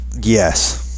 yes